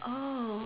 oh